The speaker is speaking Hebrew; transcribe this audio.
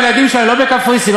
הילדים שלהם לא בקפריסין,